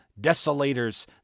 desolators